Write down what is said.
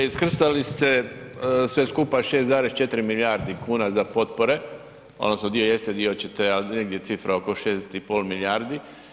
Iskrcali ste sve skupa 6,4 milijardi kuna za potpore, odnosno dio jeste, dio ćete, ali je negdje je cifra oko 6,5 milijardi.